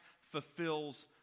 fulfills